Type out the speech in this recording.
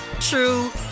true